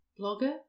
blogger